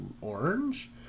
orange